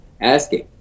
asking